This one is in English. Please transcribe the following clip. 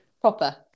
Proper